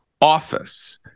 office